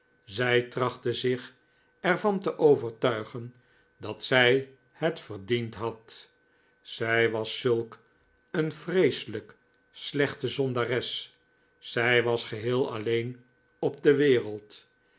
zij trachtte zich er van te overtuigen dat zij het verdiend had zij was zulk een vreeselijk slechte zondares zij was geheel alleen op de wereld